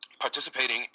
participating